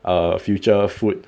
err future food